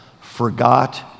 Forgot